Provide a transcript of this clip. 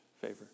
favor